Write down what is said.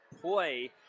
play